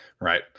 Right